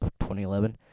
2011